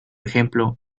ejemplo